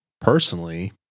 personally